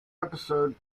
episode